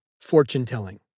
fortune-telling